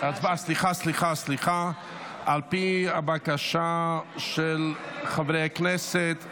סליחה, על פי הבקשה של חברי הכנסת,